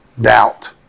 doubt